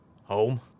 Home